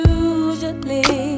usually